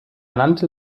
nannte